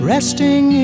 Resting